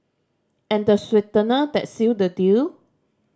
and the sweetener that seal the deal